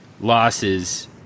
losses